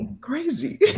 crazy